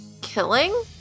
killing